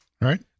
Right